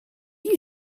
you